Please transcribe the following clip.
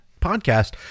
podcast